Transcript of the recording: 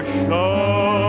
show